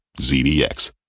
ZDX